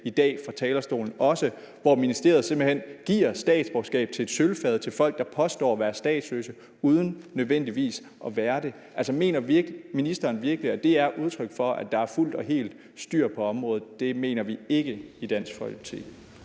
i dag fra talerstolen, hvor ministeriet simpelt hen giver statsborgerskab på et sølvfad til folk, der påstår at være statsløse uden nødvendigvis at være det. Mener ministeren virkelig, at det er udtryk for, at der er fuldt og helt styr på området? Det mener vi ikke i Dansk Folkeparti.